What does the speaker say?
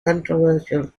controversial